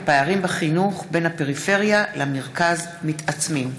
הפערים בחינוך בין הפריפריה למרכז מתעצמים.